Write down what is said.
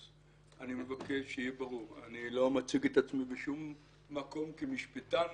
אז אני מבקש שיהיה ברור: אני לא מציג את עצמי בשום מקום כמשפטן,